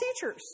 teachers